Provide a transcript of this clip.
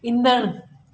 ईंदड़